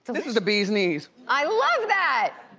this was the bees-neez. i love that.